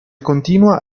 continua